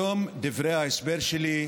בתום דברי ההסבר שלי,